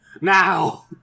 Now